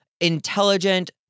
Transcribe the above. intelligent